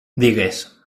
digues